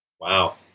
Wow